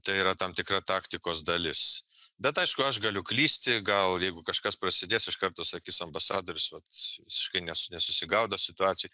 tai yra tam tikra taktikos dalis bet aišku aš galiu klysti gal jeigu kažkas prasidės iš karto sakys ambasadorius vat visiškai nes nesusigaudo situacijoj